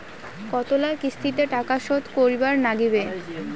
কতোলা কিস্তিতে টাকা শোধ করিবার নাগীবে?